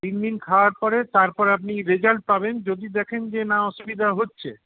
তিনদিন খাওয়ার পরে তারপর আপনি রেজাল্ট পাবেন যদি দেখেন যে না অসুবিধা হচ্ছে